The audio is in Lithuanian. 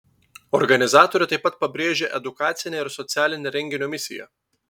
organizatorė taip pat pabrėžia edukacinę ir socialinę renginio misiją